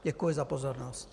Děkuji za pozornost.